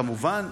כמובן,